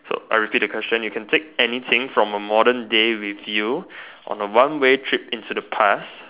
so I repeat the question you can take anything from the modern day with you on a one way trip to the past